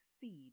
seed